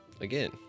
Again